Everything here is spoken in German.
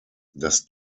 das